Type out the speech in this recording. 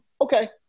okay